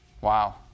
Wow